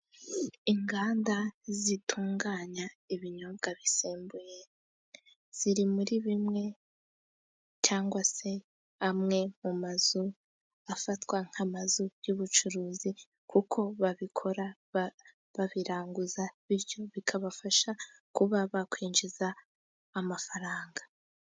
Inganda zitunganya ibinyobwa bisembuye, ziri muri bimwe cyangwa se amwe mu mazu afatwa nk'amazu y'ubucuruzi, kuko babikora babiranguza bityo bikabafasha kuba bakwinjiza amafaranga.